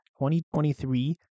2023